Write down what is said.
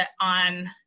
on